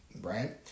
right